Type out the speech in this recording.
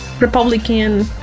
Republican